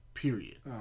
Period